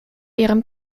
ihrem